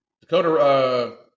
Dakota